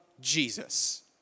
Jesus